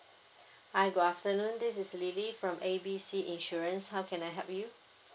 hi good afternoon this is lily from A B C insurance how can I help you